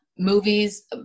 Movies